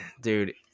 dude